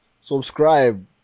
subscribe